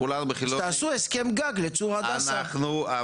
מיכאל מרדכי ביטון (יו"ר ועדת הכלכלה): תעשו הסכם גג לצור הדסה.